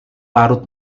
larut